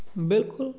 ਬਿਲਕੁਲ